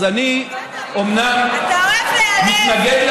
אז אני אומנם מתנגד,